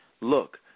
Look